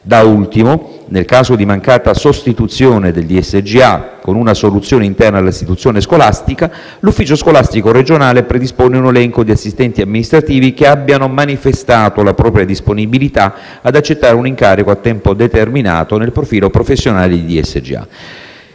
Da ultimo, nel caso di mancata sostituzione del DSGA con un soggetto interno all'istituzione scolastica l'Ufficio scolastico regionale predispone un elenco di assistenti amministrativi che abbiano manifestato la propria disponibilità ad accettare un incarico a tempo determinato nel profilo professionale DSGA.